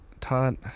Todd